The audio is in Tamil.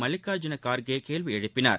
மல்லிகார்ஜுன கார்கே கேள்வி எழுப்பினார்